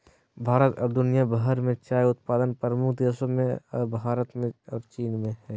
भारत और दुनिया भर में चाय उत्पादन प्रमुख देशों मेंभारत और चीन हइ